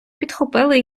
підхопили